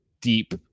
deep